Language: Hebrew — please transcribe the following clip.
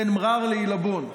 בין מע'אר לעילבון.